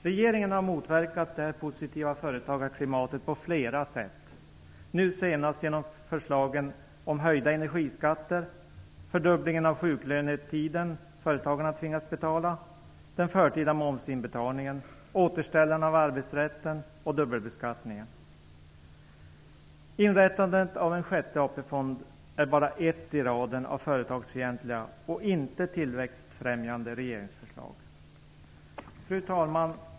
Regeringen har motverkat detta positiva företagarklimat på flera sätt, nu senast genom förslagen om höjda energiskatter, fördubbling av den sjuklönetid som företagarna tvingas betala för, den förtida momsinbetalningen, återställarna i arbetsrätten och dubbelbeskattningen. Inrättandet av en sjätte AP-fond är bara ett i raden av företagsfientliga och inte tillväxtfrämjande regeringsförslag. Fru talman!